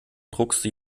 druckste